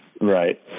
Right